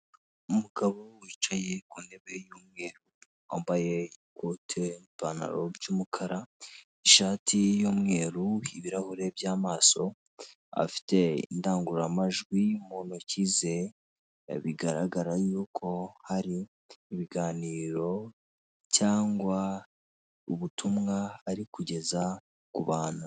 Umugabo wicaye ku ntebe y'umweru wambaye ikote n'ipantaro by'umukara ishati y'umweru ibirahure by'amaso, afite indangururamajwi mu ntoki ze bigaragara yuko hari ibiganiro cyangwa ubutumwa ariko kugeza ku bantu.